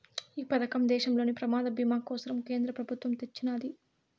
ఈ పదకం దేశంలోని ప్రమాద బీమా కోసరం కేంద్ర పెబుత్వమ్ తెచ్చిన్నాది